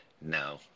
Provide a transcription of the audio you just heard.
No